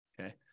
Okay